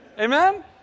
Amen